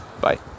Bye